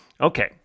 Okay